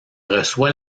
reçoit